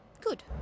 Good